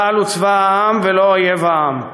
צה"ל הוא צבא העם ולא אויב העם,